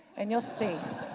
and you'll see.